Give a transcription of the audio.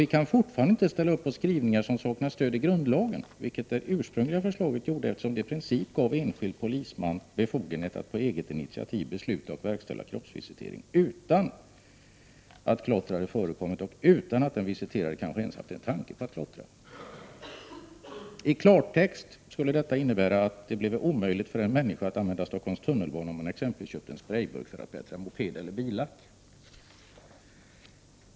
Vi kan fortfarande inte ställa upp på skrivningar som saknar stöd i grundlagen — vilket det ursprungliga förslaget gjorde — eftersom det i princip gav enskild polisman befogenhet att på eget initiativ besluta och verkställa kroppsvisitering, utan att klotter hade förekommit och utan att den visiterade kanske ens haft en tanke på att klottra. I klartext skulle detta innebära att det blev omöjligt för en människa att Prot. 1988/89:91 använda Stockholms tunnelbana, om man t.ex. köpt en sprejburk för att 6 april 1989 bättra på mopedeller billacken.